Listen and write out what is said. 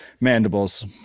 Mandibles